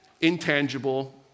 intangible